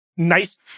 Nice